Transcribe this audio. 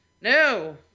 No